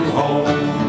home